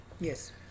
Yes